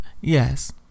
Yes